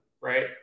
Right